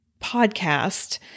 podcast